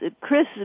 Chris